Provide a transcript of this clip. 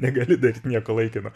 negali daryt nieko laikino